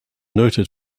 noted